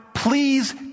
Please